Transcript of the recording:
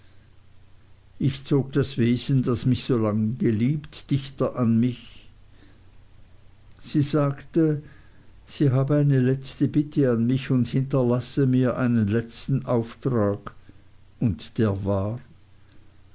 ich zog das wesen das mich solange geliebt dichter an mich sie sagte sie habe eine letzte bitte an mich und hinterlasse mir einen letzten auftrag und der war